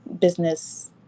business